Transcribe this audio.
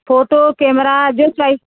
photo camera जो चाहिए